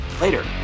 Later